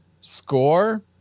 score